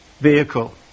vehicle